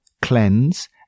Cleanse